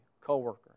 coworker